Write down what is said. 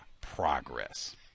progress